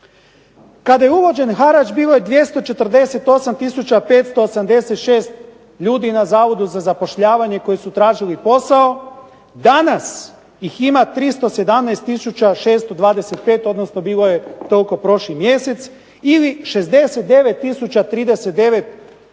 Kada je uvođen harač bilo je 248 tisuća 586 ljudi na Zavodu za zapošljavanje koji su tražili posao. Danas ih ima 317 tisuća 625 odnosno bilo je toliko prošli mjesec ili 69 tisuća